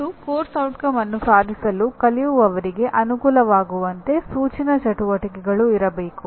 ಮತ್ತು ಪಠ್ಯಕ್ರಮದ ಪರಿಣಾಮವನ್ನು ಸಾಧಿಸಲು ಕಲಿಯುವವರಿಗೆ ಅನುಕೂಲವಾಗುವಂತೆ ಸೂಚನಾ ಚಟುವಟಿಕೆಗಳು ಇರಬೇಕು